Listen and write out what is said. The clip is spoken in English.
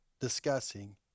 discussing